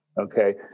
Okay